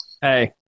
hey